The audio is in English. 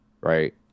Right